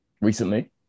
recently